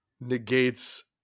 negates